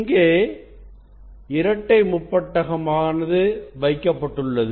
இங்கே இரட்டை முப்பட்டகம் ஆனது வைக்கப்பட்டுள்ளது